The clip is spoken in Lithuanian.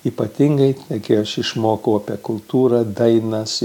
ypatingai kai aš išmokau apie kultūrą dainas